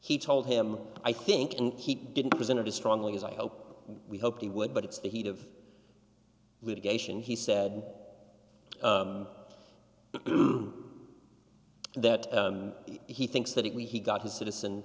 he told him i think and he didn't present it as strongly as i hope we hope he would but it's the heat of litigation he said that he thinks that if we he got his citizen